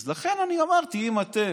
אז לכן אמרתי: אם אתם,